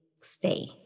stay